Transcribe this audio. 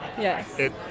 Yes